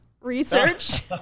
Research